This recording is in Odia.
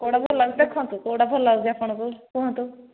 କୋଉଟା ଭଲ ଲାଗୁଛି ଦେଖନ୍ତୁ କୋଉଟା ଭଲ ଲାଗୁଛି ଆପଣଙ୍କୁ କୁହନ୍ତୁ